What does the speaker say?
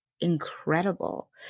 incredible